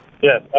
Yes